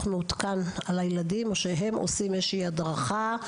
מעודכן על הילדים או שהם עושים איזושהי הדרכה?